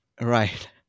Right